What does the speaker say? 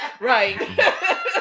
Right